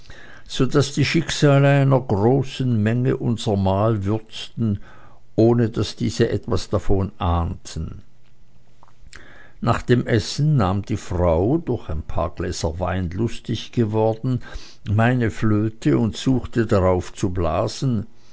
so daß die schicksale einer großen menge unser mahl würzten ohne daß diese etwas davon ahnte nach dem essen nahm die frau durch ein paar gläser wein lustig geworden meine flöte und suchte darauf zu blasen